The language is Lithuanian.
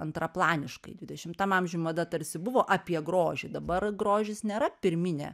antraplaniškai dvidešimtam amžiuj mada tarsi buvo apie grožį dabar grožis nėra pirminė